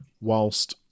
whilst